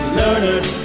learned